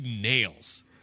nails